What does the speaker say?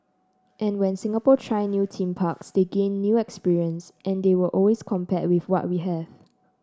and when Singapore try new theme parks they gain new experience and they always compare with what we have